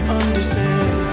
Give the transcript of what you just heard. understand